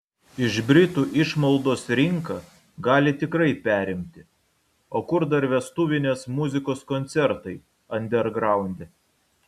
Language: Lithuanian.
iš britų išmaldos rinką gali tikrai perimti o kur dar vestuvinės muzikos koncertai andergraunde